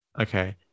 Okay